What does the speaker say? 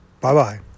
Bye-bye